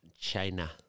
China